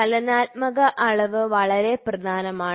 ചലനാത്മക അളവ് വളരെ പ്രധാനമാണ്